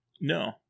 No